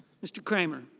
mr. cruz um i.